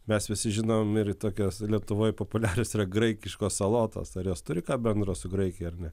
mes visi žinom ir tokios lietuvoj populiarios yra graikiškos salotos ar jos turi ką bendro su graikija ar ne